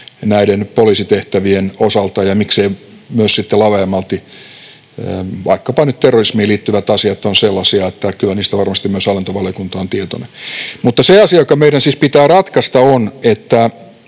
näiden poliisitehtävien osalta ja miksei myös sitten laveammalti — vaikkapa nyt terrorismiin liittyvät asiat ovat sellaisia, että kyllä niistä varmasti myös hallintovaliokunta on tietoinen. Mutta se asia, joka meidän siis pitää ratkaista, on, mitkä